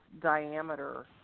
diameter